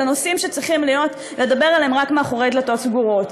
אלה נושאים שצריכים לדבר עליהם רק מאחורי דלתות סגורות.